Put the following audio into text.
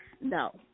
no